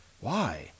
Why